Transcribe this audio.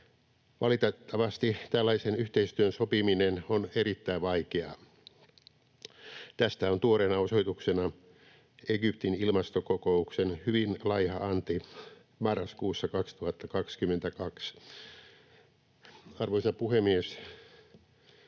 Valitettavasti tällaisen yhteistyön sopiminen on erittäin vaikeaa. Tästä on tuoreena osoituksena Egyptin ilmastokokouksen hyvin laiha anti marraskuussa 2022. Arvoisa puhemies!